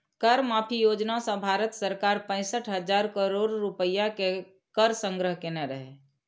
कर माफी योजना सं भारत सरकार पैंसठ हजार करोड़ रुपैया के कर संग्रह केने रहै